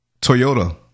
Toyota